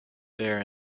there